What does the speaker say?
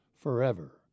forever